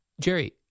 Jerry